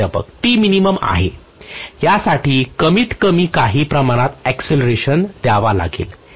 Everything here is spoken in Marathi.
प्राध्यापक आहे यासाठी कमीतकमी काही प्रमाणात अक्सिलेरेशन द्यावा लागेल